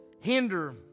hinder